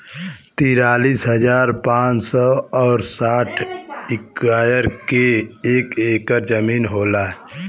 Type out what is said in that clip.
तिरालिस हजार पांच सौ और साठ इस्क्वायर के एक ऐकर जमीन होला